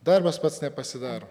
darbas pats pasidaro